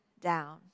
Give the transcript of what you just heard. down